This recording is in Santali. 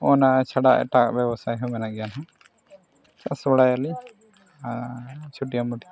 ᱚᱱᱟ ᱪᱷᱟᱰᱟ ᱮᱴᱟᱜ ᱵᱮᱵᱽᱥᱟᱭ ᱦᱚᱸ ᱢᱮᱱᱟᱜ ᱜᱮᱭᱟ ᱱᱟᱦᱟᱜ ᱪᱟᱥ ᱵᱟᱲᱟᱭᱟᱞᱤᱧ ᱪᱷᱩᱴᱭᱟᱹ ᱢᱩᱴᱭᱟᱹ